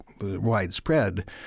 widespread